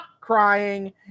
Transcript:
crying